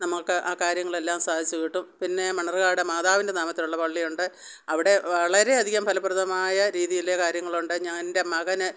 നമ്മൾക്ക് ആ കാര്യങ്ങളെല്ലാം സാധിച്ച് കിട്ടും പിന്നെ മണർകാട് മാതാവിൻ്റെ നാമത്തിലുള്ള പള്ളി ഉണ്ട് അവിടെ വളരെയധികം ഫലപ്രദമായ രീതിയിലെ കാര്യങ്ങളുണ്ട് ഞാനെൻ്റെ മകന്